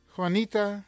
Juanita